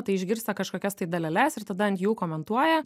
tai išgirsta kažkokias tai daleles ir tada ant jų komentuoja